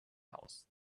house